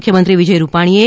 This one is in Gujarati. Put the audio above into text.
મુખ્યમંત્રી વિજય રૂપાણીએ